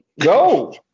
Go